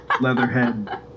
Leatherhead